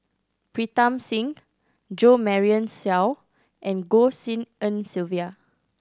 Pritam Singh Jo Marion Seow and Goh Tshin En Sylvia